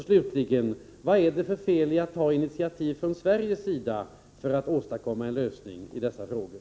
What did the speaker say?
Slutligen: Vad är det för fel i att ta initiativ från Sveriges sida för att åstadkomma en lösning i dessa frågor?